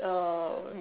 uh